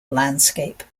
landscape